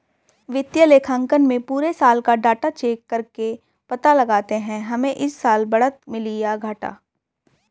वित्तीय लेखांकन में पुरे साल का डाटा चेक करके पता लगाते है हमे इस साल बढ़त मिली है या घाटा